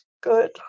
good